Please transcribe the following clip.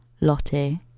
Lottie